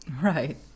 Right